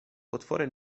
otworem